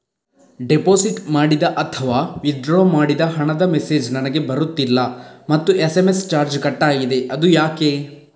Deposit ಮಾಡಿದ ಅಥವಾ withdraw ಮಾಡಿದ ಹಣದ ಮೆಸೇಜ್ ನನಗೆ ಬರುತ್ತಿಲ್ಲ ಮತ್ತು ಎಸ್.ಎಂ.ಎಸ್ ಚಾರ್ಜ್ ಕಟ್ಟಾಗಿದೆ ಅದು ಯಾಕೆ?